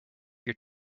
your